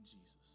Jesus